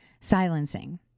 Silencing